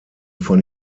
von